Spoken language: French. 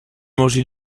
mangé